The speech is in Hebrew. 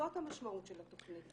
זאת המשמעות של התוכנית.